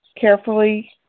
Carefully